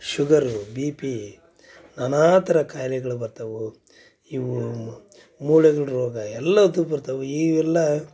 sugar B P ನಾನಾ ಥರ ಕಾಯಿಲೆಗಳು ಬರ್ತವೂ ಇವೂ ಮೂಳೆಗಳ ರೋಗ ಎಲ್ಲದು ಬರ್ತವ್ ಇವೆಲ್ಲ